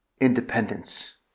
independence